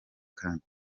kandi